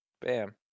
Bam